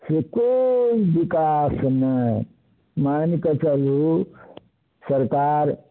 से कोइ विकास नहि मानिकऽ चलू सरकार